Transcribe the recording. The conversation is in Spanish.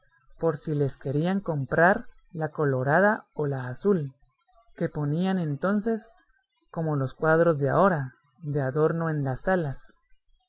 por si les querían comprar la colorada o la azul que ponían entonces como los cuadros de ahora de adorno en las salas